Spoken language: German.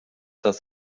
das